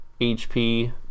HP